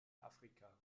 afrika